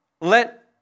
Let